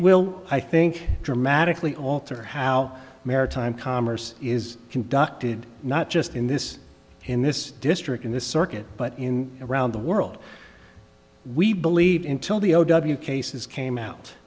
will i think dramatically alter how maritime commerce is conducted not just in this in this district in this circuit but in around the world we believe in till the o w cases came out